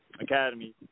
Academy